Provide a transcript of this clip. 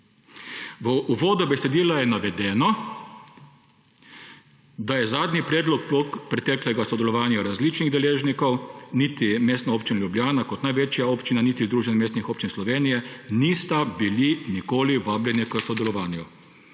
V uvodu besedila je navedeno, da je zadnji predlog plod preteklega sodelovanja različnih deležnikov; niti Mestna občina Ljubljana kot največja občina niti Združenje mestnih občin Slovenije nista bili nikoli vabljeni k sodelovanju.